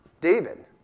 David